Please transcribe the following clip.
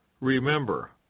Remember